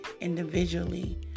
individually